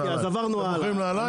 אתם מוכרים נעליים?